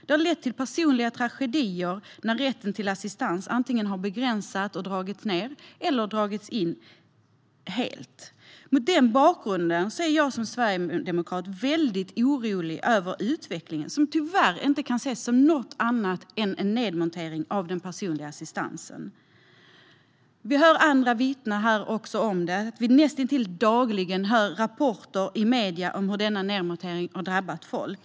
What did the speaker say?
Det har lett till personliga tragedier när rätten till assistans antingen har begränsats och dragits ned eller dragits in helt. Mot den bakgrunden är jag som sverigedemokrat väldigt orolig över utvecklingen, som tyvärr inte kan ses som något annat än en nedmontering av den personliga assistansen. Vi hör andra vittna om det. Vi hör näst intill dagligen rapporter i medierna om hur denna nedmontering har drabbat folk.